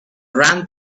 ran